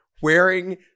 wearing